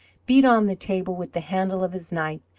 beat on the table with the handle of his knife,